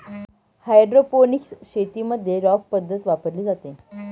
hydroponics शेतीमध्ये rock पद्धत वापरली जाते